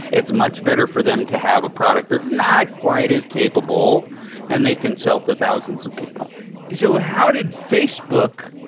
it's much better for them to have a product that's not quite as capable and they can sell to thousands of people so how did facebook